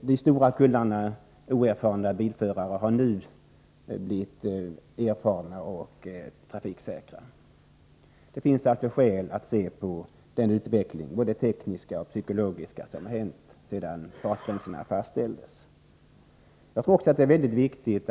De stora kullarna oerfarna bilförare har nu blivit erfarna och trafiksäkra förare. Det finns alltså skäl att se på den utveckling, både teknisk och psykologisk, som hänt sedan fartgränserna fastställdes. Jag tror också att det är mycket viktigt